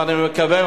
ואני מקווה,